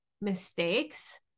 mistakes